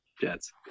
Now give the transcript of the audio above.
Jets